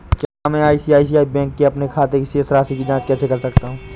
मैं ICICI bank के अपने खाते की शेष राशि की जाँच कैसे कर सकता हूँ?